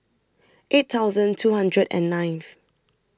eight thousand two hundred and ninth